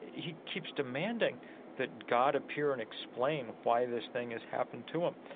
he keeps demanding that god appear and explain why this thing has happened to him.